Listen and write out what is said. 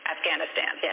Afghanistan